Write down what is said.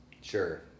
Sure